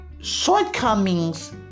shortcomings